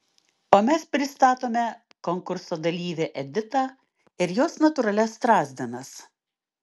o mes pristatome konkurso dalyvę editą ir jos natūralias strazdanas